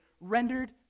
rendered